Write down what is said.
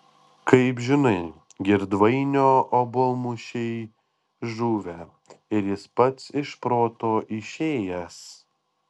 kaip žinai girdvainio obuolmušiai žuvę ir jis pats iš proto išėjęs